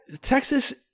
Texas